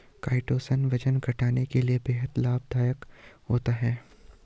chitosan वजन घटाने के लिए बेहद लाभदायक होता है